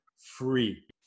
free